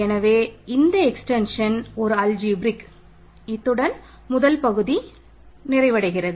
எனவே K over இத்துடன் முதல் பகுதி முடிவடைகிறது